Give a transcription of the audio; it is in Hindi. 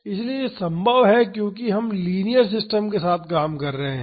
इसलिए यह संभव है क्योंकि हम लीनियर सिस्टम के साथ काम कर रहे हैं